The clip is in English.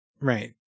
right